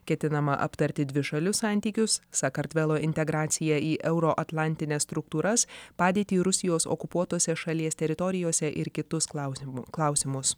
ketinama aptarti dvišalius santykius sakartvelo integraciją į euroatlantines struktūras padėtį rusijos okupuotose šalies teritorijose ir kitus klausimus klausimus